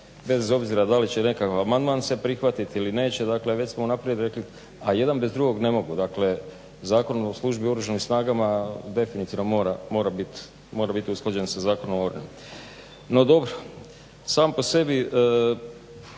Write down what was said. bez obzira da li će nekakav amandman prihvatiti ili neće. Dakle, već smo unaprijed rekli, a jedan bez drugog ne mogu. Dakle, Zakon o službi u Oružanim snagama definitivno mora bit usklađen sa Zakonom o obrani. No, dobro. Sam po sebi